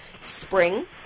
spring